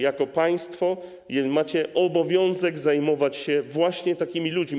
Jako państwo macie obowiązek zajmować się właśnie takimi ludźmi.